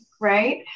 right